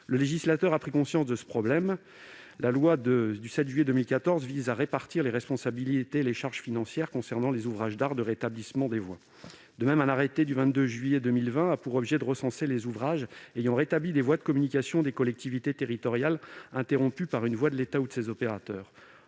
Le législateur a pris conscience de ce problème. En effet, la loi du 7 juillet 2014 vise à repartir les responsabilités et les charges financières concernant les ouvrages d'art de rétablissement des voies. De même, un arrêté du 22 juillet 2020 a pour objet de recenser les ouvrages ayant rétabli des voies de communication des collectivités territoriales interrompues par une voie de l'État ou de ses opérateurs.